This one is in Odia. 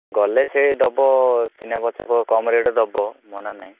ଗଲେ ସେ ଦେବ ଚିହ୍ନାପରିଚୟ କହିବ କମ ରେଟ୍ରେ ଦେବ ମନା ନାହିଁ